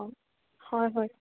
অঁ হয় হয়